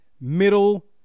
Middle